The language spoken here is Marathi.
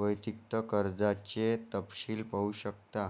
वैयक्तिक कर्जाचे तपशील पाहू शकता